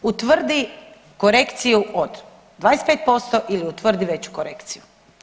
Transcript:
Utvrdi korekciju od 25% ili utvrdi veću korekciju.